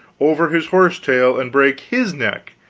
over his horse-tail, and brake his neck,